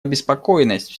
обеспокоенность